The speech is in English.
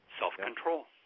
Self-control